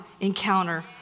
encounter